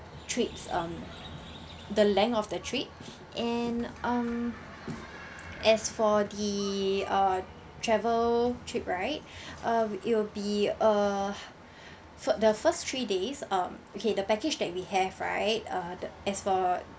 trips um the length of the trip and um as for the uh travel trip right uh it'll be uh first the first three days um okay the package that we have right uh the as for